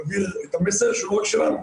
להעביר את המסר לא רק שלנו,